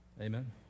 Amen